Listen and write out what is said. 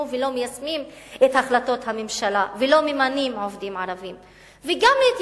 ולא מיישמים את החלטות הממשלה ולא ממנים עובדים ערבים,